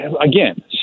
again